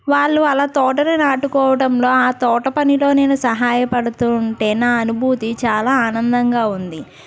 వాళ్ళు అలా తోటను నాటుకోవటంలో ఆ తోట పనిలో నేను సహాయపడుతు ఉంటే నా అనుభూతి చాలా ఆనందంగా ఉంది